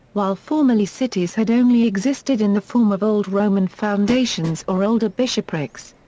while formerly cities had only existed in the form of old roman foundations or older bishoprics.